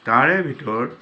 তাৰে ভিতৰত